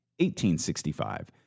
1865